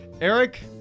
Eric